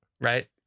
right